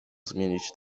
zmienić